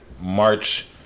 March